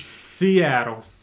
Seattle